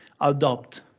adopt